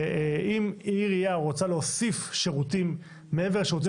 ואם עירייה רוצה להוסיף שירותים מעבר לשירותים